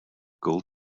gold